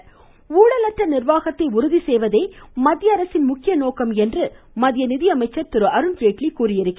அருண்ஜேட்லி ஊழலற்ற நிர்வாகத்தை உறுதிசெய்வதே மத்திய அரசின் முக்கிய நோக்கம் என்று மத்திய நிதியமைச்சர் திரு அருண்ஜேட்லி தெரிவித்துள்ளார்